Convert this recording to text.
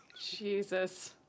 Jesus